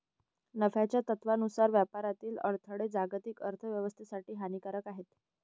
नफ्याच्या तत्त्वानुसार व्यापारातील अडथळे जागतिक अर्थ व्यवस्थेसाठी हानिकारक आहेत